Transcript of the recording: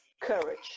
courage